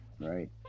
right